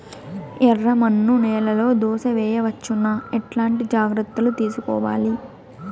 ఎర్రమన్ను నేలలో దోస వేయవచ్చునా? ఎట్లాంటి జాగ్రత్త లు తీసుకోవాలి?